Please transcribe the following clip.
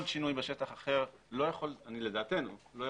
כל שינוי אחר בשטח,